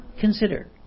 consider